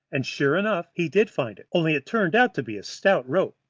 and sure enough he did find it, only it turned out to be a stout rope,